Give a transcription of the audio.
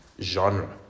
genre